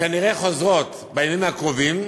כנראה חוזרות בימים הקרובים.